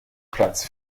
platz